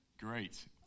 Great